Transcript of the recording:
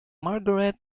margaret